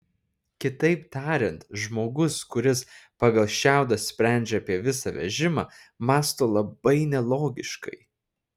kitaip tariant žmogus kuris pagal šiaudą sprendžia apie visą vežimą mąsto labai nelogiškai